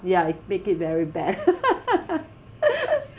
ya it make it very bad